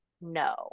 no